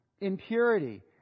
impurity